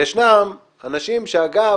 וישנם אנשים, שאגב,